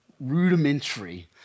rudimentary